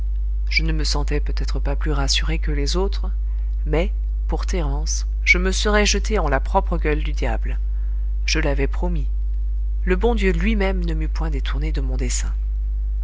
je ne me sentais peut-être pas plus rassuré que les autres mais pour thérence je me serais jeté en la propre gueule du diable je l'avais promis le bon dieu lui-même ne m'eût point détourné de mon dessein